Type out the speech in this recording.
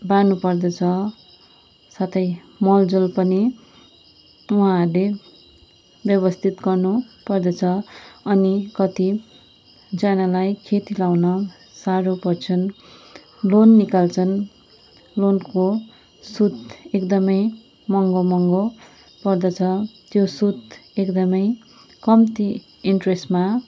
बाँड्नु पर्दछ साथै मलजल पनि उहाँहरूले व्यवस्थित गर्नु पर्दछ अनि कतिजनालाई खेती लगाउन साह्रो पर्छन् लोन निकाल्छन् लोनको सुद एकदमै महँगो महँगो पर्दछ त्यो सुद एकदमै कम्ती इन्ट्रेस्टमा